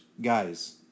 guys